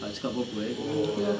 tak cakap apa-apa eh oh okay lor